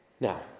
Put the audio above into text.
Now